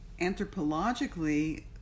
anthropologically